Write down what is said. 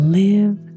live